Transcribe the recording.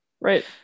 right